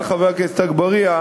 חבר הכנסת אגבאריה,